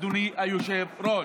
אדוני היושב-ראש,